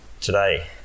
Today